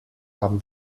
haben